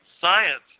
science